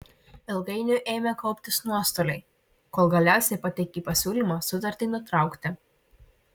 ilgainiui ėmė kauptis nuostoliai kol galiausiai pateikė pasiūlymą sutartį nutraukti